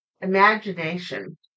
imagination